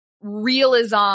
realism